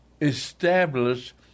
Establish